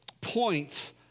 points